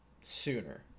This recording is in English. sooner